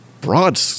broad